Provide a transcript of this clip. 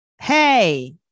Hey